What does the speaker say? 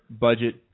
budget